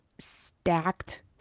stacked